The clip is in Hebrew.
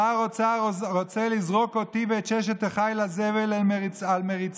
שר אוצר רוצה לזרוק אותי ואת ששת אחיי לזבל על מריצה.